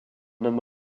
homme